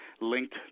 linked